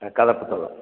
ஆ கதை புத்தகம்